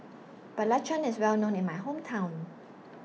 Belacan IS Well known in My Hometown